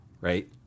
right